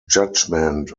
judgment